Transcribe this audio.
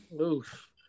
Oof